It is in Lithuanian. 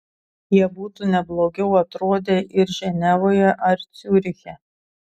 jie būtų ne blogiau atrodę ir ženevoje ar ciuriche